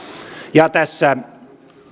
ja tässä